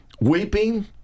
weeping